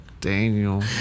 Daniel